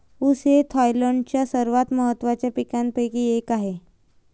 ऊस हे थायलंडच्या सर्वात महत्त्वाच्या पिकांपैकी एक आहे